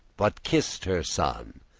but kiss'd her son,